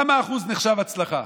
איזה אחוז נחשב הצלחה?